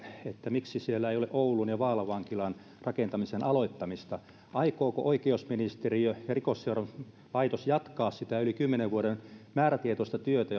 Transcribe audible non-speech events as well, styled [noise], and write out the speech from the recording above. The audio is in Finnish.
miksi siellä ei ole oulun ja vaalan vankilan rakentamisen aloittamista aikooko oikeusministeriö ja rikosseuraamuslaitos jatkaa sitä yli kymmenen vuoden määrätietoista työtä [unintelligible]